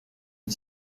une